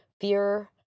fear